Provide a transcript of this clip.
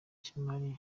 cy’imari